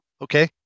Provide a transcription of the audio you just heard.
Okay